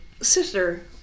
sister